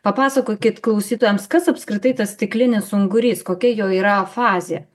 papasakokit klausytojams kas apskritai tas stiklinis ungurys kokia jo yra fazė